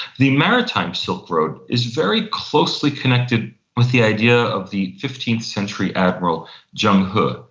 the maritime silk road is very closely connected with the idea of the fifteenth century admiral zheng he.